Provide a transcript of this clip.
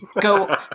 Go